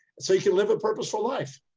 so you can live a purposeful life.